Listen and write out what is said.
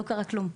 לא קרה כלום.